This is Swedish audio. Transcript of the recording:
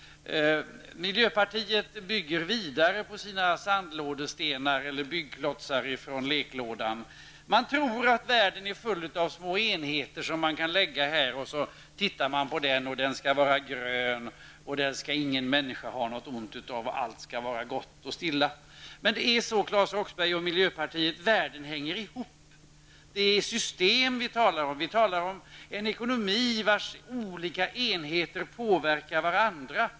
Miljöpartiet bygger vidare på sina byggklotsar från leklådan. Man tror att världen är full av små enheter som kan behandlas var för sig. Klotsarna skall vara gröna, ingen människa skall ha något ont av dem och allt skall vara gott och stilla. Men världen hänger ihop, Claes Roxbergh. Det är ett system vi talar om. Vi talar om en ekonomi, vars olika enheter påverkar varandra.